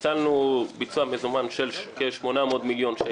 ואנחנו עשינו ביצוע מזומן של כ-800 מיליון שקלים,